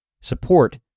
support